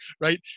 right